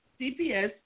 CPS